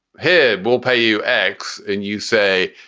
here, we'll pay you x, and you say,